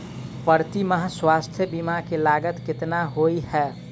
प्रति माह स्वास्थ्य बीमा केँ लागत केतना होइ है?